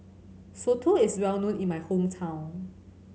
Soto is well known in my hometown